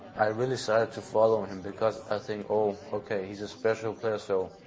i really started to follow him because i think oh, ok, he's a special player so.